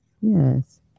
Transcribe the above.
Yes